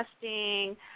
testing